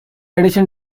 addition